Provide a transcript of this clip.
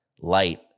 light